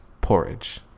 Porridge